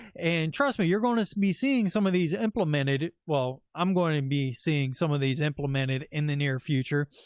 and trust me, you're going to be seeing some of these implemented. well, i'm going to be seeing some of these implemented in the near future.